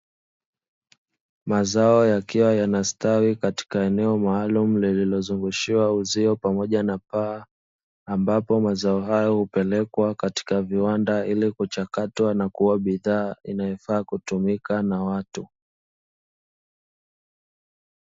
Mazao yakiwa yanastawi katika eneo maalumu lililozungushiwa uzio pamoja na paa, ambapo mazao hayo hupelekwa katika viwanda ili kuchakatwa na kuwa bidhaa yanayofaa ili kutumika na watu.